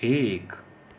एक